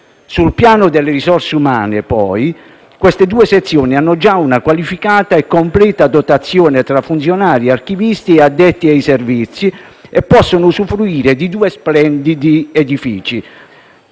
Sul piano delle risorse umane poi queste due sezioni hanno già una qualificata e completa dotazione tra funzionari archivisti e addetti ai servizi e possono usufruire di due splendidi edifici,